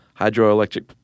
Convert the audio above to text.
Hydroelectric